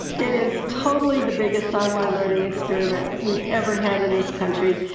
it is totally the biggest online learning experiment we've ever had in this country.